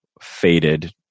faded